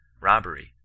robbery